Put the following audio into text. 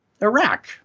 Iraq